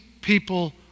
people